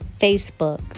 Facebook